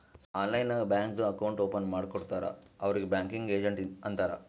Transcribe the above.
online ನಾಗ್ ಬ್ಯಾಂಕ್ದು account open ಮಾಡ್ಕೊಡ್ತಾರ್ ಅವ್ರಿಗ್ ಬ್ಯಾಂಕಿಂಗ್ ಏಜೆಂಟ್ ಅಂತಾರ್